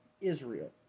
Israel